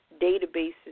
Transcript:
databases